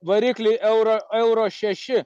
varikliai euro euro šeši